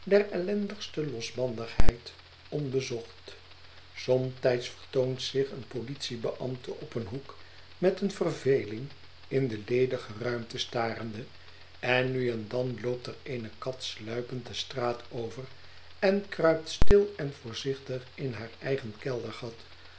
der ellendigste losbandigheid onbezocht spmtijds vertoont zich een politiebeambte op een hoek met verveling in de ledige ruimte starende en nu en dan loopt er eene kat sluipend de straat over en kruipt stil en voorzichtig in haar eigen keldergat